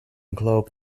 globe